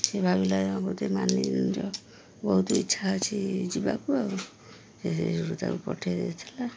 ସେ ଭାବିଲା ବୋଧେ ମାନ ନିଜ ବହୁତ ଇଚ୍ଛା ଅଛି ଯିବାକୁ ଆଉ ସେ ସେ ତାକୁ ପଠେଇ ଦେଇଥିଲା